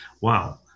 wow